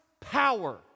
power